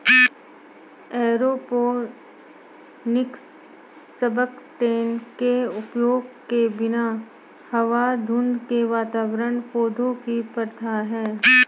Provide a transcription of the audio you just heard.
aeroponics substrate के उपयोग के बिना हवा धुंध के वातावरण पौधों की प्रथा है